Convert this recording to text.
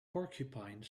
porcupine